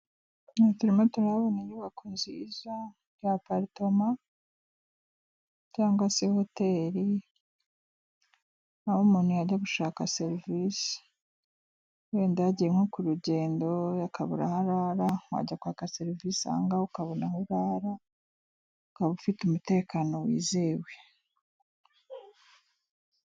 Hano turimo turahabona inyubako nziza ya aparitoma cyangwa se hoteri, aho umuntu yajya gushaka serivisi, wenda yagiye nko ku rugendo akabura aho arara, wajya kwaka serivisi aha ngaha ukabona aho urara, ukaba ufite umutekano wizewe.